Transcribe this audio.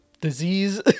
disease